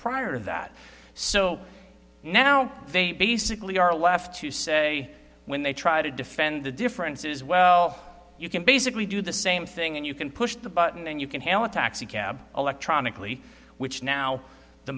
prior to that so now they basically are left to say when they try to defend the differences well you can basically do the same thing and you can push the button and you can hail a taxi cab electronically which now the